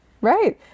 right